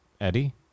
Eddie